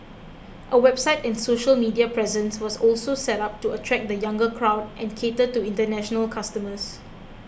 a website and social media presence was also set up to attract the younger crowd and cater to international customers